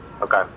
Okay